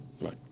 Right